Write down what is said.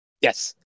Yes